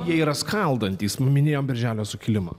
jie yra skaldantys nu minėjom birželio sukilimą